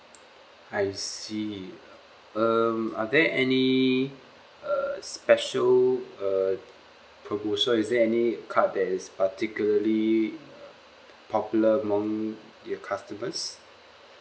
I see um are there any uh special err promo so is there any they card that is particularly uh popular among your customers